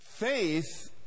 Faith